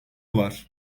var